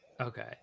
okay